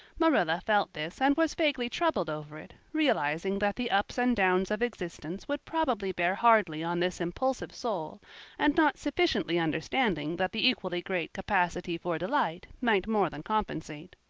marilla felt this and was vaguely troubled over it, realizing that the ups and downs of existence would probably bear hardly on this impulsive soul and not sufficiently understanding that the equally great capacity for delight might more than compensate.